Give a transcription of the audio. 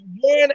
one